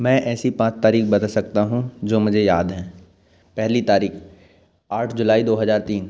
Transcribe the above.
मैं ऐसी पाँच तारीख बता सकता हूँ जो मुझे याद हैं पहली तारीख आठ जुलाई दो हजार तीन